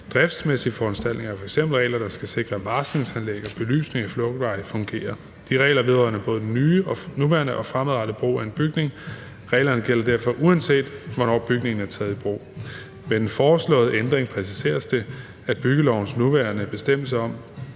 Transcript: Driftsmæssige foranstaltninger er f.eks. regler, der skal sikre, at varslingsanlæg og belysning af flugtveje fungerer. De regler vedrører både den nuværende og fremadrettede brug af en bygning. Reglerne gælder derfor, uanset hvornår bygningen er taget i brug. Med den foreslåede ændring præciseres det, at byggelovens nuværende bestemmelse om,